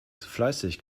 fleißig